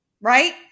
Right